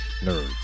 nerds